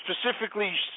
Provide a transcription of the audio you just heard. specifically